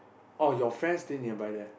oh your friends stay nearby there